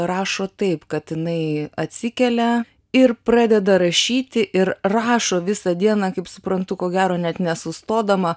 rašo taip kad jinai atsikelia ir pradeda rašyti ir rašo visą dieną kaip suprantu ko gero net nesustodama